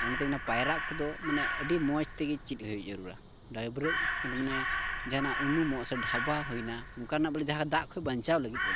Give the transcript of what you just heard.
ᱚᱱᱟᱛᱮ ᱤᱧ ᱫᱚ ᱯᱟᱭᱨᱟᱜ ᱠᱚᱫᱚ ᱟᱹᱰᱤ ᱢᱚᱡᱽ ᱛᱮᱜᱮ ᱪᱮᱫ ᱦᱩᱭᱩᱜ ᱡᱟᱹᱨᱩᱲᱲᱟ ᱰᱟᱹᱵᱽᱨᱟᱹᱜ ᱠᱚᱫᱚ ᱢᱟᱱᱮ ᱡᱟᱦᱟᱱᱟᱜ ᱩᱱᱩᱢᱚᱜᱼᱟ ᱟᱥᱮ ᱰᱷᱟᱵᱟ ᱦᱩᱭᱱᱟ ᱚᱱᱠᱟᱱᱟᱜ ᱵᱚᱞᱮ ᱫᱟᱜ ᱠᱷᱚᱡ ᱵᱟᱧᱪᱟᱜ ᱞᱟᱹᱜᱤᱫ ᱵᱚᱞᱮ